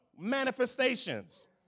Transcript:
Manifestations